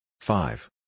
Five